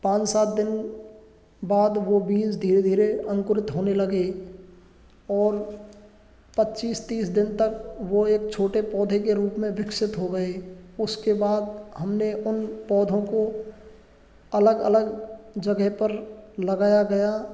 पाँन सात दिन बाद वो बीज धीरे धीरे अंकुरित होने लगे और पच्चीस तीस दिन तक वो एक छोटे पौधे के रूप में विकसित हो गए उसके बाद हमने उन पौधों को अलग अलग जगह पर लगाया गया